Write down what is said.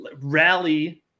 rally